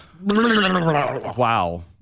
Wow